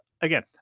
Again